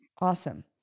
Awesome